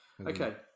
Okay